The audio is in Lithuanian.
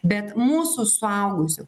bet mūsų suaugusių